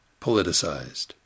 politicized